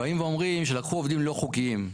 כאן שלקחו עובדים לא חוקיים.